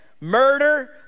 murder